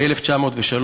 ב-1903,